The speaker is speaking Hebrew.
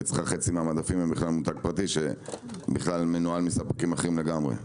ואצלך חצי מהמדפים שלך הם מותג פרטי שמנוהל מספקים אחרים לגמרי.